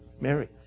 Mary